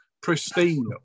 pristine